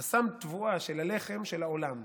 אסם התבואה של הלחם של העולם.